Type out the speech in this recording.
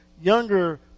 younger